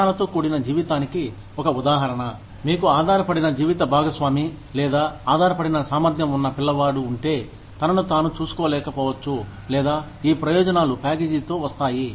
ప్రాణాలతో కూడిన జీవితానికి ఒక ఉదాహరణ మీకు ఆధారపడిన జీవిత భాగస్వామి లేదా ఆధారపడిన సామర్ధ్యం ఉన్న పిల్లవాడు ఉంటే తనను తాను చూసుకోలేకపోవచ్చు లేదా ఈ ప్రయోజనాలు ప్యాకేజీతో వస్తాయి